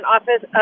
Office